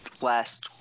Last